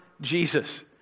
Jesus